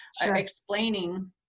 explaining